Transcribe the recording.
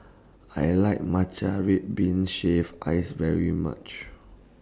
I like Matcha Red Bean Shaved Ice very much